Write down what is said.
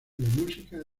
música